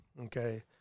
okay